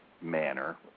manner